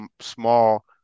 small